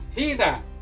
Hina